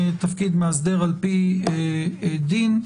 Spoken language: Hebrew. תפקיד מאסדר על-פי דין.